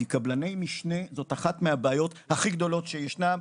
כי קבלני משנה זאת אחת מהבעיות הכי גדולות שישנן: